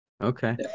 Okay